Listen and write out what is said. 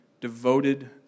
devoted